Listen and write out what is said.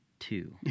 two